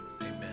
Amen